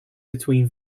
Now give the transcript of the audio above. between